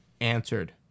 answered